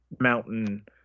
mountain